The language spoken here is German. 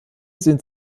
sind